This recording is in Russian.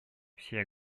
все